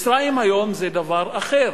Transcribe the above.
מצרים היום זה דבר אחר.